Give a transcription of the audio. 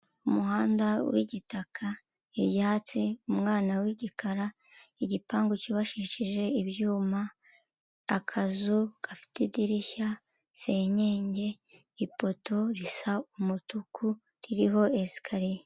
Umuhanda w'igitaka, ibyatsi, umwana w'igikara, igipangu cyubashishije ibyuma, akazu gafite idirishya, senyenge, ipoto risa umutuku ririho esikariye.